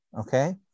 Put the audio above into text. Okay